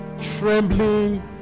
trembling